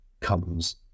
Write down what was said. comes